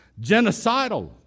genocidal